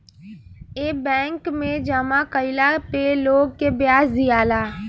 ए bank मे जामा कइला पे लोग के ब्याज दियाला